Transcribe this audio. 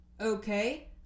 okay